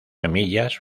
semillas